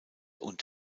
und